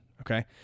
Okay